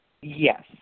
Yes